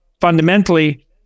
fundamentally